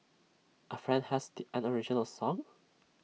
A friend has the an original song